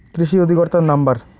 কৃষি অধিকর্তার নাম্বার?